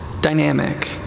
dynamic